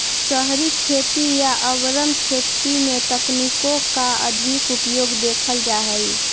शहरी खेती या अर्बन खेती में तकनीकों का अधिक उपयोग देखल जा हई